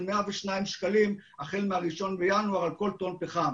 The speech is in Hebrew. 102 שקלים החל מ-1 בינואר על כל על כל טון פחם.